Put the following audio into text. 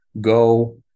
go